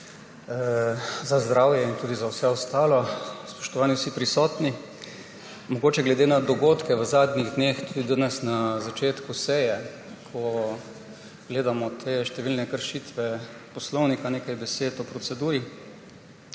za zdravje in tudi za vse ostalo. Spoštovani vsi prisotni! Mogoče glede na dogodke v zadnjih dneh tudi danes na začetku seje, ko gledamo številne kršitve poslovnika, nekaj besed o proceduri.